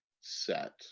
set